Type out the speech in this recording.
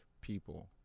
people